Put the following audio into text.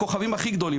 הכוכבים הכי גדולים,